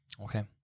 Okay